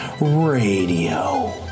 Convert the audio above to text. Radio